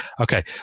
Okay